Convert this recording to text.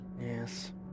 Yes